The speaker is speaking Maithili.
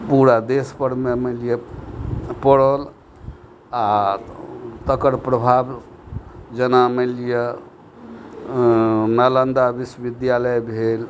पूरा देश पर मे मानि लिअ पड़ल आ तकर प्रभाव जेना मानि लिअ मालन्दा विश्वविद्यालय भेल